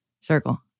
circle